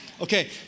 Okay